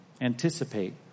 anticipate